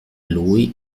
lui